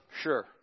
sure